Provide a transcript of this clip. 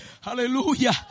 Hallelujah